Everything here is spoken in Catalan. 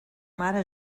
mare